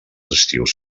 estius